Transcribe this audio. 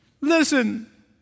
Listen